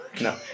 No